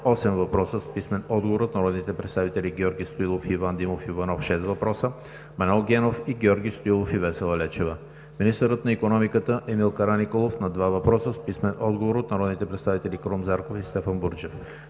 въпроса с писмен отговор от народните представители Георги Стоилов и Иван Димов Иванов – шест въпроса; Манол Генов; и Георги Стоилов и Весела Лечева; - министърът на икономиката Емил Караниколов на два въпроса с писмен отговор от народните представители Крум Зарков и Стефан Бурджев;